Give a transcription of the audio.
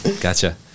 Gotcha